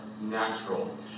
natural